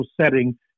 setting